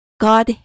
God